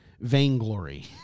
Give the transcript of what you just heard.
vainglory